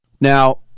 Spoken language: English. Now